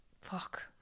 fuck